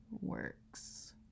works